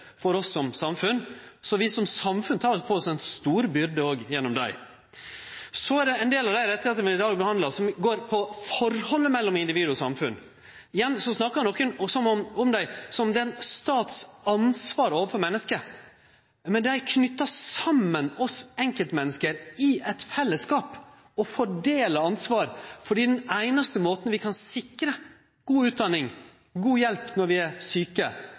på oss ei stor byrde òg gjennom dei. Så er det ein del av dei rettane vi behandlar i dag, som går på forholdet mellom individ og samfunn. Igjen snakkar nokon om dei som staten sitt ansvar overfor mennesket. Men dei knyter saman oss enkeltmenneske i eit fellesskap og fordeler ansvar, for den einaste måten vi kan sikre oss god utdanning, god hjelp når vi er